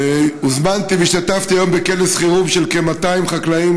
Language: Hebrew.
הוזמנתי והשתתפתי היום בכנס חירום של כ-200 חקלאים,